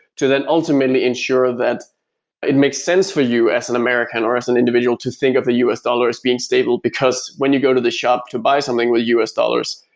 to then ultimately ensure that it makes sense for you as an american, or as an individual to think of the us dollar as being stable, because when you go to the shop to buy something with us dollars,